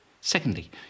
Secondly